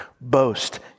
Boast